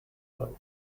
down